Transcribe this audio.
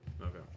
Okay